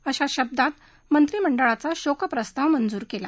अशा शब्दात मंत्रिमंडळाचा शोकप्रस्ताव मंजूर कला